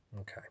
okay